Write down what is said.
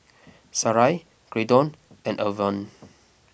Sarai Graydon and Irven